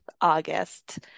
August